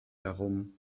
herum